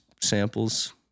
samples